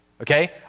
Okay